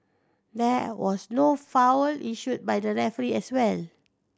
there was no foul issued by the referee as well